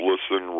Listen